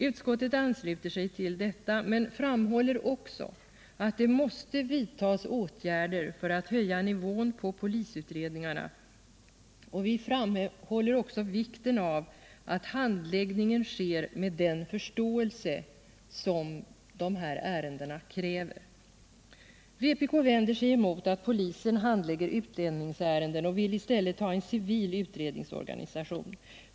Utskottet ansluter sig till detta men framhåller också att det måste vidtas åtgärder för att höja nivån på polisutredningarna. Vi framhåller också vikten av att handläggningen sker med den förståelse som dessa ärenden kräver. Vpk vänder sig emot att polisen handlägger utlänningsärenden och vill i stället ha en civil utredningsorganisation.